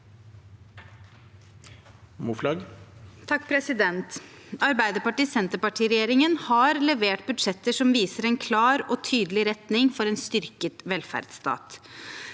Moflag (A) Arbeiderparti–Senter- parti-regjeringen har levert budsjetter som viser en klar og tydelig retning for en styrket velferdsstat.